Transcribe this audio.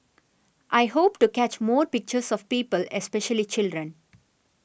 I hope to catch more pictures of people especially children